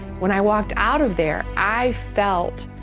when i walked out of there, i felt